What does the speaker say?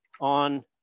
on